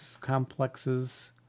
complexes